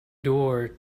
door